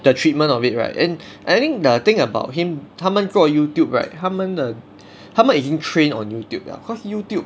the treatment of it right and I think the thing about him 他们做 Youtube right 他们的他们已经 train on Youtube liao because Youtube